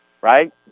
right